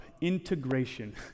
integration